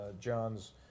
John's